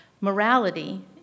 Morality